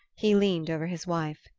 he leaned over his wife.